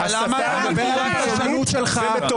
--- אני מדבר על הפרשנות שלך.